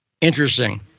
Interesting